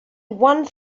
one